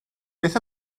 beth